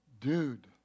Dude